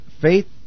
Faith